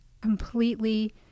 completely